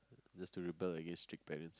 just to rebel against strict parents